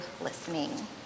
listening